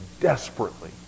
desperately